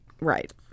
right